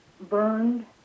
burned